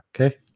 okay